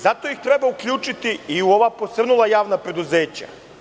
Zato ih treba uključiti i u ova posrnula javna preduzeća.